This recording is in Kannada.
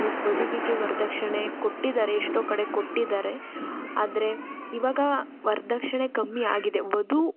ವಧುವಿಗೆ ವರದಕ್ಷಿಣೆ ಕೊಟ್ಟಿದ್ದಾರೆ ಎಷ್ಟೋ ಕಡೆ ಕೊಟ್ಟಿದ್ದಾರೆ ಆದರೆ ಇವಾಗ ವರದಕ್ಷಿಣೆ ಕಮ್ಮಿಯಾಗಿದೆ ವಧು